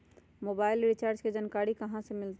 Mobile recharge के जानकारी कहा से मिलतै?